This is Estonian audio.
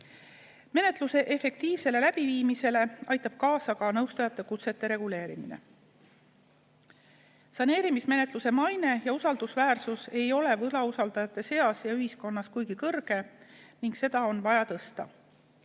Menetluse efektiivsele läbiviimisele aitab kaasa ka nõustajate kutsete reguleerimine. Saneerimismenetluse maine ja usaldusväärsus ei ole võlausaldajate seas ja ühiskonnas kuigi kõrge ning seda on vaja tõsta.